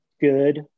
good